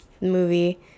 movie